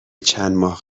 چندماه